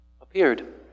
appeared